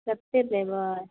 कतेक देबै